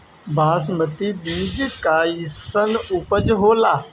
बासमती बीज कईसन उपज होला?